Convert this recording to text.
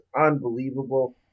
unbelievable